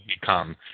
become